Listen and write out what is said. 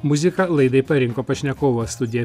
muziką laidai parinko pašnekovas studiją